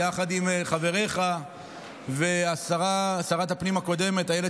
יחד עם חבריך ועם שרת הפנים הקודמת אילת